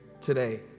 Today